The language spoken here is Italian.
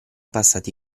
passati